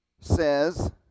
says